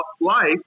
life